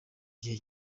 gihe